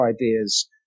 ideas